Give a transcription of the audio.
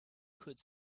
could